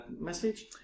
message